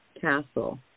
Castle